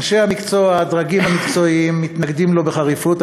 אנשי המקצוע והדרגים המקצועיים מתנגדים לו בחריפות,